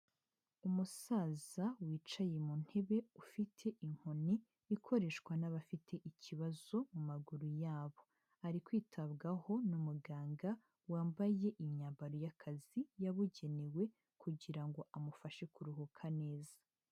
Umusaza wicaye mu ntebe ufite inkoni ikoreshwa n'abafite ikibazo mu maguru yabo, ari kwitabwaho n'umuganga wambaye imyambaro y'akazi yabugenewe kugira ngo amufashe kuruhuka neza.